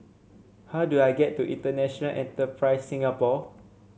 how do I get to International Enterprise Singapore